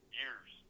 years